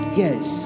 yes